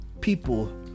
People